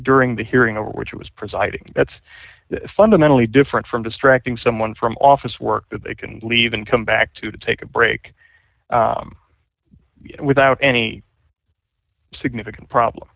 during the hearing over which it was presiding that's fundamentally different from distracting someone from office work that they can leave and come back to take a break without any significant problem